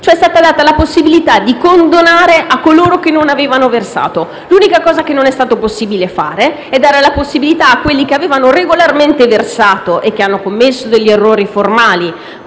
è stata quindi data la possibilità di condonare a coloro che non avevano versato. L'unica cosa che non è stato possibile fare è stato dare la possibilità a quelli che avevano regolarmente versato, e che hanno commesso degli errori formali